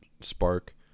spark